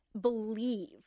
believe